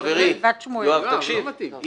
חברי, יואב, תקשיב.